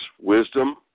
wisdom